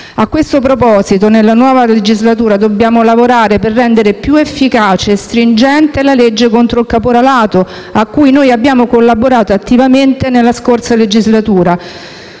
A questo proposito, nella nuova legislatura dobbiamo lavorare per rendere più efficace e stringente la legge contro il caporalato, cui abbiamo collaborato attivamente nella scorsa legislatura.